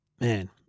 man